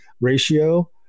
ratio